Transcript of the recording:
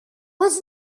was